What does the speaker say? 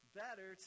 better